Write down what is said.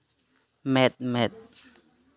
ᱢᱮᱫᱼᱢᱮᱫ